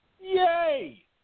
Yay